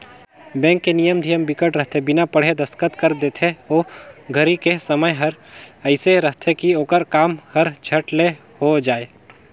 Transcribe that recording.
bank के नियम धियम बिकट रहिथे बिना पढ़े दस्खत कर देथे ओ घरी के समय हर एइसे रहथे की ओखर काम हर झट ले हो जाये